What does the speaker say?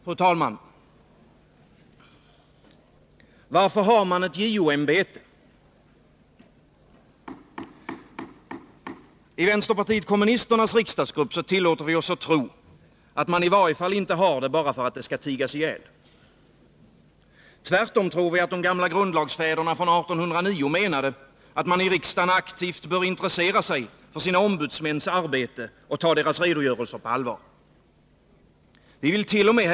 Fru talman! Varför har man ett JO-ämbete? I vänsterpartiet kommunisternas riksdagsgrupp tillåter vi oss att tro att man i varje fall inte har det bara för att det skall tigas ihjäl. Tvärtom tror vi att de gamla grundlagsfäderna från 1809 menade att man i riksdagen aktivt bör intressera sig för sina ombudsmäns arbete och ta deras redogörelser på allvar. Vi villt.o.m.